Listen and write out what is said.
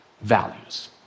values